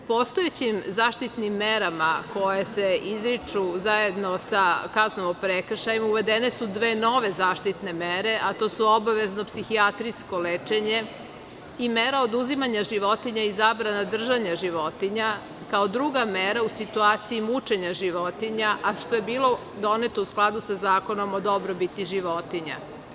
Postojećim zaštitnim merama koje se izriču zajedno sa kaznom o prekršaju, uvedene su dve nove zaštitne mere, a to su obavezno psihijatrijsko lečenje i mera oduzimanja životinja i zabrana držanja životinja kao druga mera u situaciji mučenja životinja, a što je bilo doneto u skladu sa Zakonom o dobrobiti životinja.